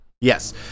Yes